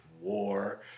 war